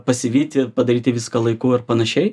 pasivyti padaryti viską laiku ir panašiai